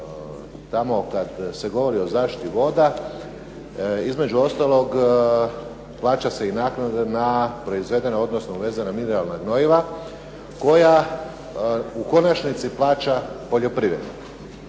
što kada se govori o zaštiti voda između ostalog, plaća se i naknada na proizvedena odnosno uvezena mineralna gnojiva koja u konačnici plaća poljoprivrednik.